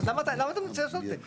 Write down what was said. אז למה אתה רוצה לעשות את זה?